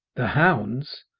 the hounds,